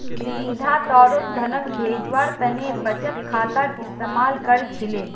सीधा तौरत धनक भेजवार तने बचत खातार इस्तेमाल कर छिले